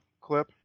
clip